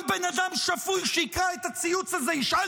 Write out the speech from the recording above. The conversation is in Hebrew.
כל בן אדם שפוי שיקרא את הציוץ הזה ישאל